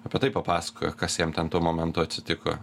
apie tai papasakojo kas jam ten tuo momentu atsitiko